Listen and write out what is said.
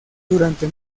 durante